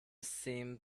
seemed